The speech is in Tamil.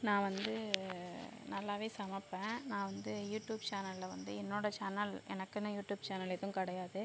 நான் வந்து நல்லா சமைப்பேன் நான் வந்து யூடியூப் சேனலில் வந்து என்னோடய சேனல் எனக்குன்னு யூடியூப் சேனல் எதுவும் கிடையாது